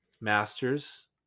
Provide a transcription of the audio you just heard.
masters